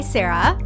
Sarah